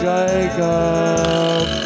Jacob